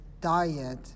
diet